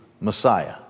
Messiah